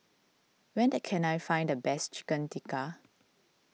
where can I find the best Chicken Tikka